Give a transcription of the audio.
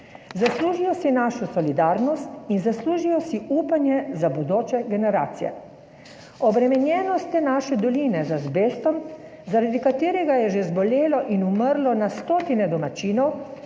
Zaslužijo si našo solidarnost in zaslužijo si upanje za bodoče generacije. Obremenjenost te naše doline z azbestom, zaradi katerega je že zbolelo in umrlo na stotine domačinov,